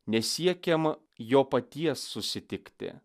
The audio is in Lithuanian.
nesiekiam jo paties susitikti